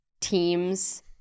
team's